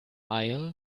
aisle